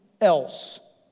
else